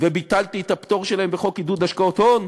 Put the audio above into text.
וביטלתי את הפטור שלהם בחוק עידוד השקעות הון,